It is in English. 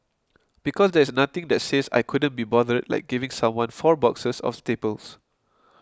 because there is nothing that says I couldn't be bothered like giving someone four boxes of staples